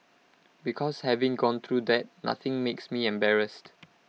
because having gone through that nothing makes me embarrassed